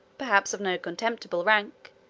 perhaps of no contemptible rank,